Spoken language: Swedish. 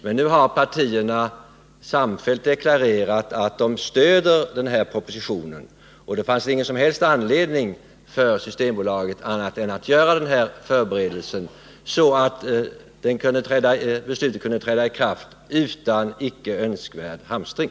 Men nu har partierna samfällt deklarerat att de stöder propositionen, och därför fanns det ingen som helst anledning för Systembolaget att inte göra den här förberedelsen, så att beslutet kan träda i kraft utan icke önskvärd hamstring.